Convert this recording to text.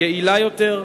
יעילה יותר,